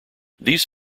these